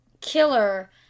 killer